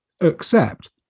Accept